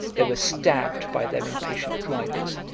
they were stabbed by their impatient drivers,